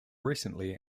recently